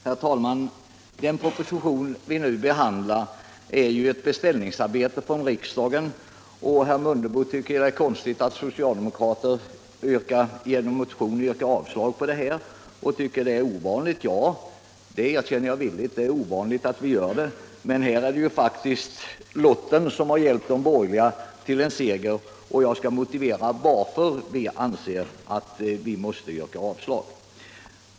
Herr talman! Den proposition vi nu behandlar är ju ett beställningsarbete från riksdagen. Herr Mundebo tycker att det är konstigt och ovanligt att socialdemokrater i en motion yrkar avslag på en proposition. Ja, jag erkänner villigt att det är ovanligt att vi gör så. Men här är det faktiskt lotten som har hjälpt de borgerliga till en seger, och jag skall motivera varför vi anser att vi måste yrka avslag.